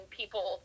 people